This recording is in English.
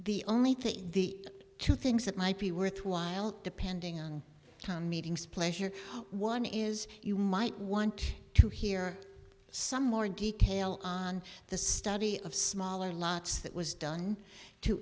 the only thing the two things that might be worthwhile depending on the meetings play here one is you might want to hear some more detail on the study of smaller lots that was done to